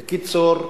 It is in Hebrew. בקיצור,